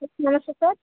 నమస్తే సార్